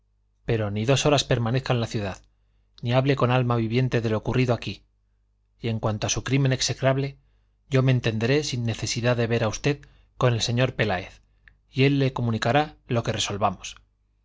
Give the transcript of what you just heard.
pero ni dos horas permanezca en la ciudad ni hable con alma viviente de lo ocurrido aquí y en cuanto a su crimen execrable yo me entenderé sin necesidad de ver a usted con el señor peláez y él le comunicará lo que resolvamos